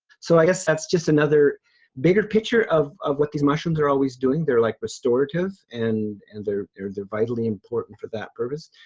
so i guess that's just another bigger picture of of what these mushrooms are always doing. they're like restorative and and they're they're vitally important for that purpose.